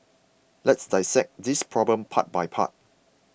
let's dissect this problem part by part